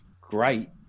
great